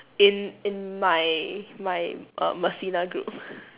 in in my my err group